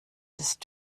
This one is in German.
ist